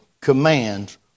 commands